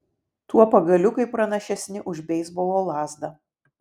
tuo pagaliukai pranašesni už beisbolo lazdą